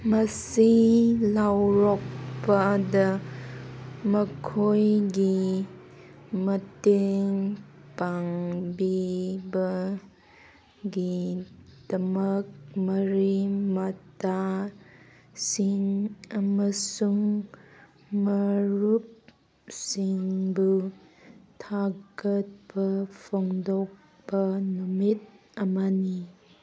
ꯃꯁꯤ ꯂꯧꯔꯣꯛꯄꯗ ꯃꯈꯣꯏꯒꯤ ꯃꯇꯦꯡ ꯄꯥꯡꯕꯤꯕꯒꯤꯗꯃꯛ ꯃꯔꯤ ꯃꯇꯥꯁꯤꯡ ꯑꯃꯁꯨꯡ ꯃꯔꯨꯞꯁꯤꯡꯕꯨ ꯊꯥꯒꯠꯄ ꯐꯣꯡꯗꯣꯛꯄ ꯅꯨꯃꯤꯠ ꯑꯃꯅꯤ